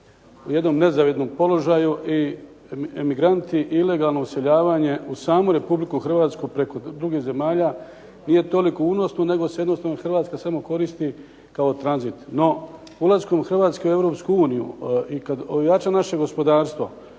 u jednom nezavidnom položaju i emigranti ilegalno useljavanje u samu Republiku Hrvatsku preko drugih zemalja nije toliko unosno nego se jednostavno Hrvatska samo koristi kao tranzit. No, ulaskom Hrvatske u Europsku uniju i kad ojača naše gospodarstvo